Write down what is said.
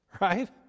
Right